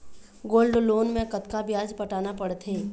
Gold loan मे कतका ब्याज पटाना पड़थे?